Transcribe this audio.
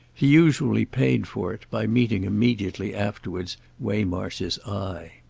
he usually paid for it by meeting immediately afterwards waymarsh's eye.